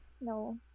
no